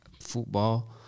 football